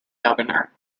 governor